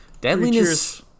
Deadliness